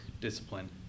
discipline